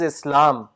Islam